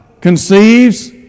conceives